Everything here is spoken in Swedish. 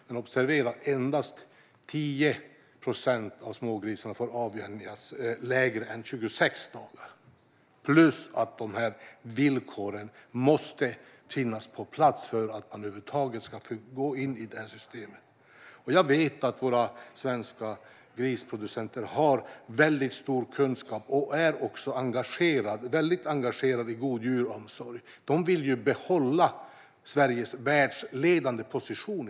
Men observera att endast 10 procent av smågrisarna får avvänjas under mindre än 26 dagar, plus att de andra villkoren måste ha uppfyllts för att man över huvud taget ska få gå in i systemet. Jag vet att våra svenska grisproducenter har väldigt stor kunskap och också är väldigt engagerade i god djuromsorg. De vill ju behålla Sveriges världsledande position.